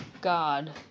God